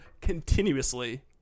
continuously